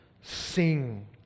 Sing